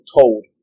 told